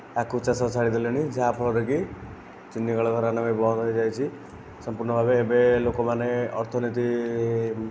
ଆଖୁଚାଷ ଛାଡ଼ି ଦେଲେଣି ଯାହାଫଳରେ କି ଚିନିକଳ କାରଖାନା ଏବେ ବନ୍ଦ ହୋଇଯାଇଛି ସମ୍ପୂର୍ଣ୍ଣ ଭାବେ ଏବେ ଲୋକମାନେ ଅର୍ଥନୀତି